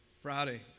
Friday